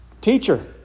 teacher